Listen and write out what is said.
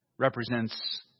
represents